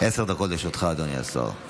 עשר דקות לרשותך, אדוני השר.